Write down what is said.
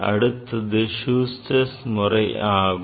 அடுத்தது Schuster's முறை ஆகும்